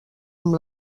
amb